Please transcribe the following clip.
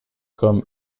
comme